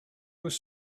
was